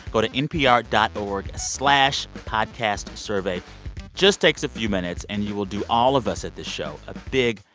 go to npr dot org slash podcastsurvey. it just takes a few minutes. and you will do all of us at this show a big,